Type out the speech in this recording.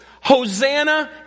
Hosanna